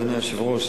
אדוני היושב-ראש,